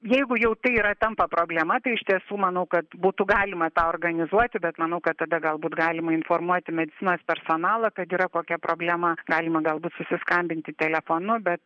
jeigu jau tai yra tampa problema tai iš tiesų manau kad būtų galima tą organizuoti bet manau kad tada galbūt galima informuoti medicinos personalą kad yra kokia problema galima galbūt susiskambinti telefonu bet